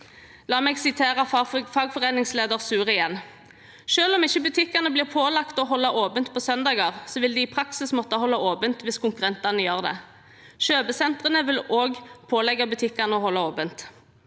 La meg sitere fagforeningsleder Suhr igjen: «Sjøl om ikke butikkene blir pålagt å holde åpent på søndager, vil de i praksis måtte holde åpent hvis konkurrentene gjør det. Kjøpesentrene vil også pålegge butikkene å holde åpent.»